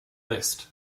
list